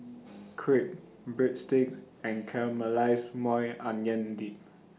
Crepe Breadsticks and Caramelized Maui Onion Dip